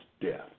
death